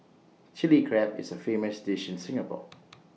Chilli Crab is A famous dish in Singapore